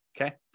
okay